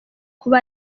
kuba